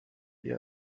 ihr